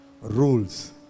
rules